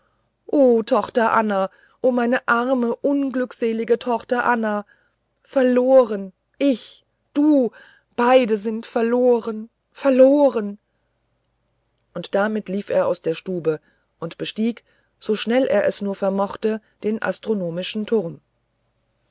o tochter anna o meine arme unglückselige tochter anna verloren ich du beide sind wir verloren verloren und damit lief er aus der stube und bestieg so schnell als er es nur vermachte den astronomischen turm